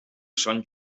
són